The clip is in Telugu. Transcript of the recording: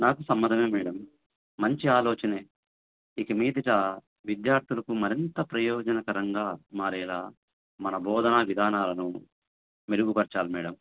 నాకు సమ్మతమే మేడం మంచి ఆలోచన ఇక మీద విద్యార్థులకు మరింత ప్రయోజనకరంగా మారేలాగ మన బోధనా విధానాలను మెరుగుపరచాలి మేడం